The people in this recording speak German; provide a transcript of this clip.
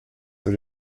für